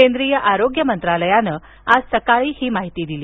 केंद्रीय आरोग्य मंत्रालयानं आज सकाळी ही माहिती दिली